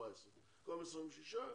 קודם 26,